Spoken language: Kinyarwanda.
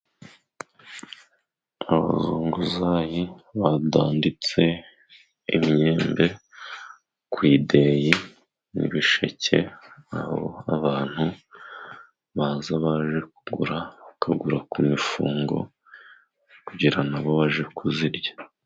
Abanguzayi badanditse imyembe ku ideyi n'ibisheke. Abantu baza baje kugura bakagura ku mifungo, kugira ngo na bo baje kuyirya.